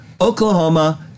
Oklahoma